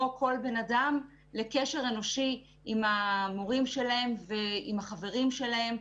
כל בן אדם לקשר אנושי עם המורים שלהם ועם החברים שלהם.